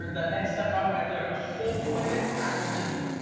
that next step up right there, the whole point of it is acquisition.